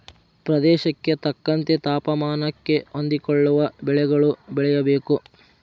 ಪ್ರದೇಶಕ್ಕೆ ತಕ್ಕಂತೆ ತಾಪಮಾನಕ್ಕೆ ಹೊಂದಿಕೊಳ್ಳುವ ಬೆಳೆಗಳು ಬೆಳೆಯಬೇಕು